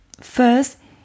first